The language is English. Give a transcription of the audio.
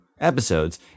episodes